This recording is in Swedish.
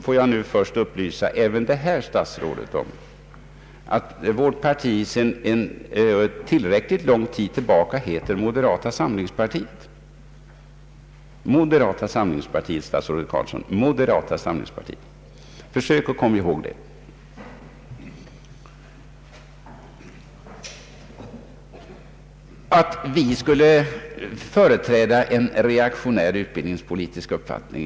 Låt mig nu först upplysa även det här statsrådet om att vårt parti sedan tillräckligt lång tid tillbaka heter moderata samlingspartiet. Moderata samlingspartiet, statsrådet Carlsson, försök att komma ihåg det! Statsrådet Carlsson påstår att vi skulle företräda en reaktionär utbildningspolitisk uppfattning.